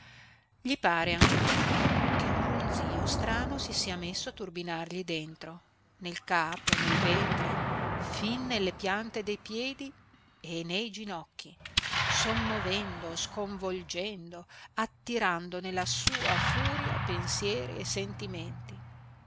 gli pare a un certo punto che un ronzìo strano si sia messo a turbinargli dentro nel capo nel ventre fin nelle piante dei piedi e nei ginocchi sommovendo sconvolgendo attirando nella sua furia pensieri e sentimenti